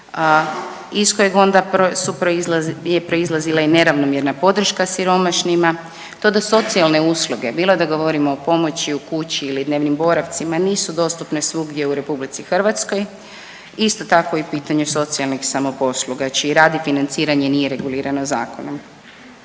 iz kojeg onda je proizlazila i neravnomjerna podrška siromašnima. To da socijalne usluge bilo da govorimo o pomoći u kući ili dnevnim boravcima nisu dostupne svugdje u RH. Isto tako i pitanje socijalnih samoposluga čiji rad i financiranje nije regulirano zakonom.